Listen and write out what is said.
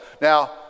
Now